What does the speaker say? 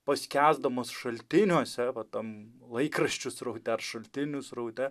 paskęsdamas šaltiniuose va tam laikraščių sraute ar šaltinių sraute